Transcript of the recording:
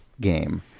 game